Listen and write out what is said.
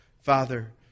Father